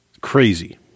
crazy